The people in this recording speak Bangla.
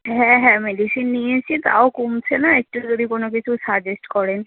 হ্যাঁ হ্যাঁ মেডিসিন নিয়েছি তাও কমছে না একটু যদি কোনো কিছু সাজেস্ট করেন